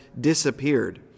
disappeared